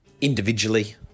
individually